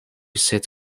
sent